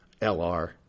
LR